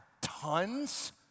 tons